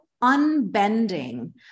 unbending